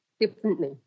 differently